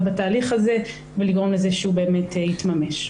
בתהליך הזה ולגרום לזה שהוא באמת יתממש.